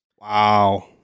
Wow